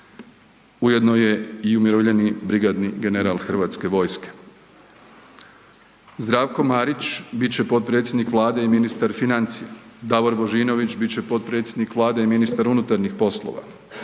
Ujedno i umirovljeni brigadni general Hrvatske vojske. Zdravko Marić bit će potpredsjednik Vlade i ministar financija. Davor Božinović bit će potpredsjednik Vlade i ministar unutarnjih poslova.